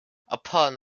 upon